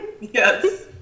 Yes